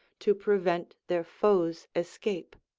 to prevent their foes' escape.